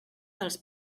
dels